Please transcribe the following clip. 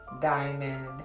diamond